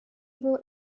wrote